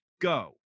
Go